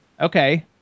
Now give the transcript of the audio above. Okay